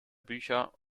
bücher